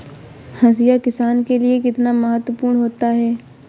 हाशिया किसान के लिए कितना महत्वपूर्ण होता है?